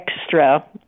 extra